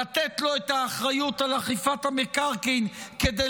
לתת לו את האחריות על אכיפת המקרקעין כדי